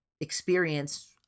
experience